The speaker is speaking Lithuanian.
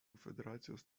federacijos